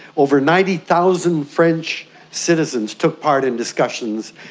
over ninety thousand french citizens took part in discussions,